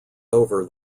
over